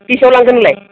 बेसेयाव लांगोन नोंलाय